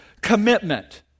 commitment